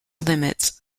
limits